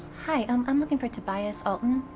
hi. i'm i'm looking for tobias alton.